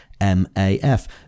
MAF